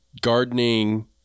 gardening